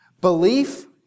Belief